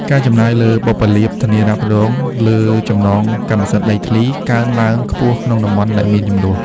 ការចំណាយលើបុព្វលាភធានារ៉ាប់រងលើចំណងកម្មសិទ្ធិដីធ្លី កើនឡើងខ្ពស់ក្នុងតំបន់ដែលមានជម្លោះ។